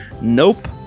nope